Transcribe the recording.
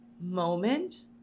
moment